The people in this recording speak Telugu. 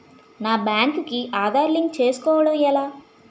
నా బ్యాంక్ కి ఆధార్ లింక్ చేసుకోవడం ఎలా?